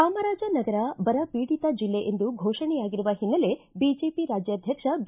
ಚಾಮರಾಜನಗರ ಬರ ಪೀಡಿತ ಜಿಲ್ಲೆ ಎಂದು ಘೋಷಣೆಯಾಗಿರುವ ಹಿನ್ನೆಲೆ ಬಿಜೆಪಿ ರಾಜ್ಗಾದ್ಯಕ್ಷ ಬಿ